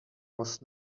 was